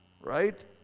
right